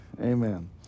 Amen